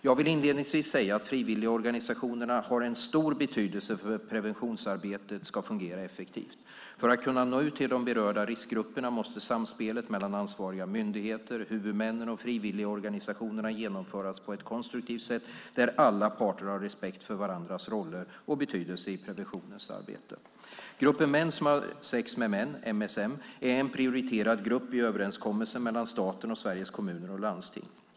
Jag vill inledningsvis säga att frivilligorganisationerna har en stor betydelse för att preventionsarbetet ska fungera effektivt. För att kunna nå ut till de berörda riskgrupperna måste samspelet mellan ansvariga myndigheter, huvudmännen och frivilligorganisationerna genomföras på ett konstruktivt sätt där alla parter har respekt för varandras roller och betydelse i preventionsarbetet. Gruppen män som har sex med män, MSM, är en prioriterad grupp i överenskommelsen mellan staten och Sveriges Kommuner och Landsting.